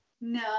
No